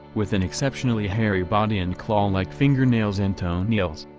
with an exceptionally hairy body and claw-like fingernails and toenails.